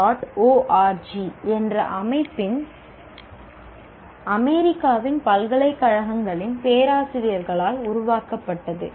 org என்ற அமைப்பு அமெரிக்காவின் பல்கலைக்கழகங்களின் பேராசிரியர்களால் உருவாக்கப்பட்டது